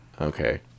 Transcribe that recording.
Okay